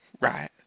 Right